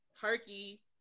turkey